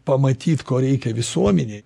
pamatyt ko reikia visuomenei